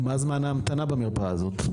מה זמן ההמתנה במרפאה הזאת?